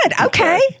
Okay